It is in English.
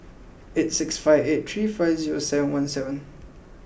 eight six five eight three five zero seven one seven